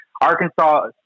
Arkansas